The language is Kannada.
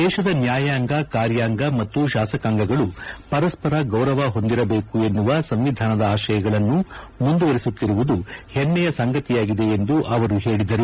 ದೇಶದ ನ್ಯಾಯಾಂಗ ಕಾರ್ಯಾಂಗ ಮತ್ತು ಶಾಸಕಾಂಗಗಳು ಪರಸ್ತರ ಗೌರವ ಹೊಂದಿರಬೇಕು ಎನ್ನುವ ಸಂವಿಧಾನದ ಆಶಯಗಳನ್ನು ಮುಂದುವರೆಸುತ್ತಿರುವುದು ಪಮ್ನೆಯ ಸಂಗತಿಯಾಗಿದೆ ಎಂದು ಅವರು ಪೇಳಿದರು